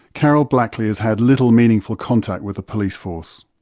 karol blackley has had little meaningful contact with the police force.